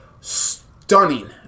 stunning